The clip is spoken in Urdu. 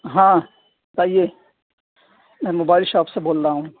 ہاں بتائیے میں موبائل شاپ سے بول رہا ہوں